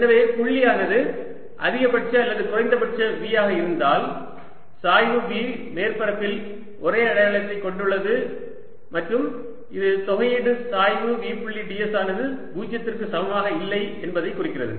எனவே புள்ளியானது அதிகபட்ச அல்லது குறைந்தபட்ச V ஆக இருந்தால் சாய்வு V மேற்பரப்பில் ஒரே அடையாளத்தைக் கொண்டுள்ளது மற்றும் இது தொகையீடு சாய்வு V புள்ளி ds ஆனது 0 க்கு சமமாக இல்லை என்பதைக் குறிக்கிறது